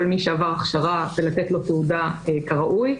מי שעבר הכשרה ולתת לו תעודה כראוי.